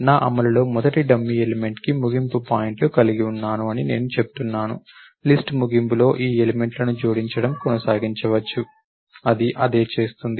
నా అమలులో మొదటి డమ్మీ ఎలిమెంట్కి ముగింపు పాయింట్లు కలిగి ఉన్నాను అని నేను చెప్తున్నాను లిస్ట్ ముగింపులో ఈ ఎలిమెంట్ లను జోడించడం కొనసాగించవచ్చు అది అదే చేస్తుంది